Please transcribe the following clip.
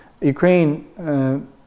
Ukraine